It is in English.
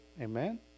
Amen